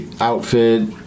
outfit